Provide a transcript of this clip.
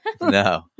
no